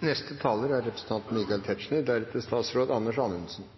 Det siste innlegget, fra representanten